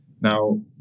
Now